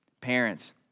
Parents